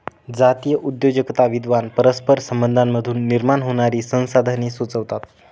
जातीय उद्योजकता विद्वान परस्पर संबंधांमधून निर्माण होणारी संसाधने सुचवतात